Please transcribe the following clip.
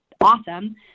awesome